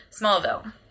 Smallville